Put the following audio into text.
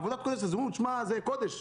עבודת קודש, אז אומרים: זה קודש.